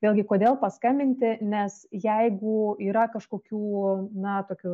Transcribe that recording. vėlgi kodėl paskambinti nes jeigu yra kažkokių na tokių